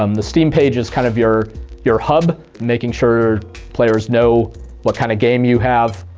um the steam page is kind of your your hub, making sure players know what kind of game you have,